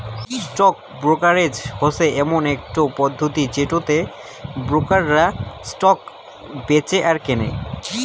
stock brokerage হসে এমন একটো পদ্ধতি যেটোতে ব্রোকাররা স্টক বেঁচে আর কেনে